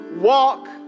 walk